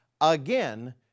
Again